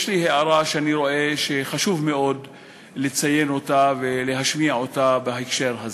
יש לי הערה שאני רואה שחשוב מאוד לציין אותה ולהשמיע אותה בהקשר הזה,